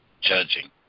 judging